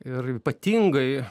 ir ypatingai